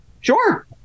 sure